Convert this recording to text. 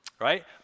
right